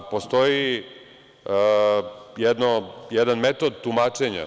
Postoji jedan metod tumačenja.